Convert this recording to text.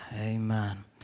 Amen